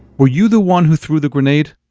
were you the one who threw the grenade?